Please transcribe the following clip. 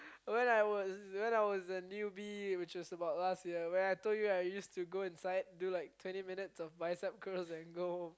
when I was when I was a newbie which is about last year when I told you right I used to go inside do like twenty minutes of biceps and go